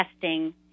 testing